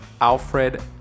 Alfred